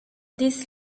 this